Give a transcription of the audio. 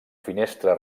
finestra